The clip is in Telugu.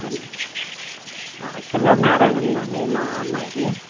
యాక్చువల్గా మ్యారేజ్ ఉందండీ మా అమ్మాయిది